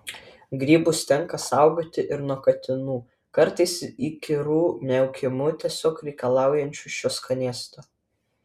grybus tenka saugoti ir nuo katinų kartais įkyriu miaukimu tiesiog reikalaujančių šio skanėsto